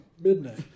midnight